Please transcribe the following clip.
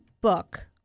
book